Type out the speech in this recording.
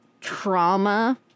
trauma